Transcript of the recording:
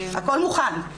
הכל מוכן.